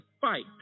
fight